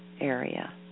area